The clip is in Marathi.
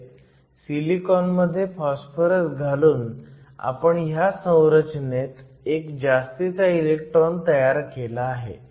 महणजे सिलिकॉनमध्ये फॉस्फरस घालून आपण ह्या संरचनेत एक जास्तीचा इलेक्ट्रॉन तयार केला आहे